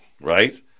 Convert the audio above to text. Right